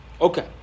Okay